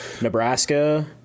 Nebraska